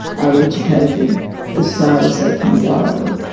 are educated as far as they can go.